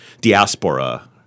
diaspora